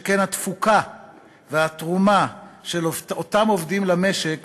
שכן התפוקה והתרומה של אותם עובדים למשק